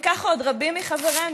וככה עוד רבים מחברינו.